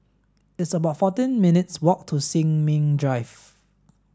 it's about fourteen minutes' walk to Sin Ming Drive